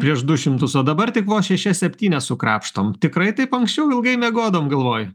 prieš du šimtus o dabar tik vos šešias septynias sukrapštom tikrai taip anksčiau ilgai miegodavom galvoji